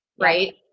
Right